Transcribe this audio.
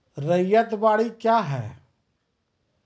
रैयत बाड़ी क्या हैं?